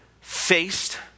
faced